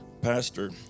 Pastor